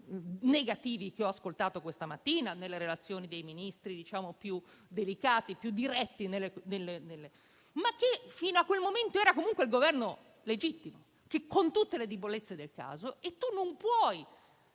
negativi che ho ascoltato questa mattina e nelle relazioni dei Ministri, alcuni più delicati, altri più diretti, ma fino a quel momento era il Governo legittimo, pur con tutte le debolezze del caso. Non ci